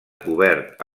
cobert